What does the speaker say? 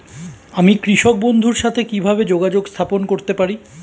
আমি কৃষক বন্ধুর সাথে কিভাবে যোগাযোগ স্থাপন করতে পারি?